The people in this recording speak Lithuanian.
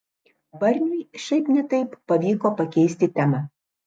barniui šiaip ne taip pavyko pakeisti temą